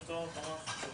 אני מבקשת